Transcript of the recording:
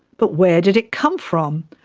but where did it come from?